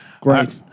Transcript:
Great